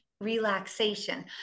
relaxation